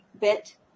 bit